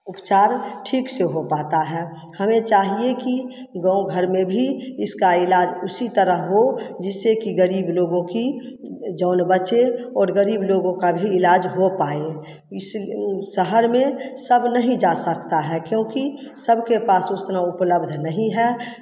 उपचार ठीक से हो पाता है हमें चाहिये कि गाँव घर में भी इसका इलाज उसी तरह हो जिससे कि गरीब लोगों की जान बचे और गरीब लोगों का भी इलाज हो पाए इस शहर में सब नहीं जा सकता है क्योंकि सबके पास उतना उपलब्ध नहीं है